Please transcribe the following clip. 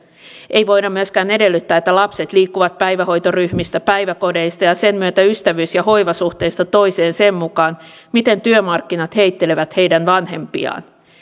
ei voida myöskään edellyttää että lapset liikkuvat päivähoitoryhmistä päiväkodeista ja sen myötä ystävyys ja hoivasuhteista toiseen sen mukaan miten työmarkkinat heittelevät heidän vanhempiaan